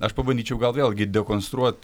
aš pabandyčiau gal vėlgi dekonstruot